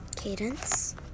Cadence